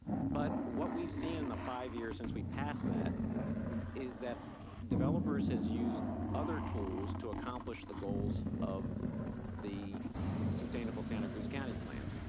but what we've seen in the five years since we've passed that is that developers have used other tools to accomplish the goals of the sustainable santa cruz county plan.